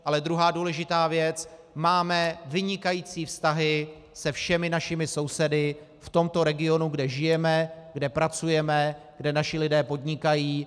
Ale druhá důležitá věc, máme vynikající vztahy se všemi našimi sousedy v tomto regionu, kde žijeme, kde pracujeme, kde naši lidé podnikají.